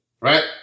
Right